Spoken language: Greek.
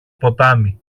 ποτάμι